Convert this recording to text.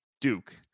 Duke